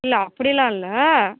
இல்லை அப்படிலாம் இல்லை